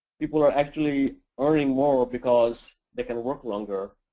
people are actually earning more because they can work longer,